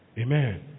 Amen